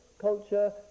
culture